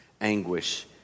anguish